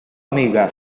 amiga